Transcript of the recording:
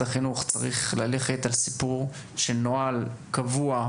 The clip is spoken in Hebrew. החינוך צריך ללכת על סיפור של נוהל קבוע,